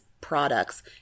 products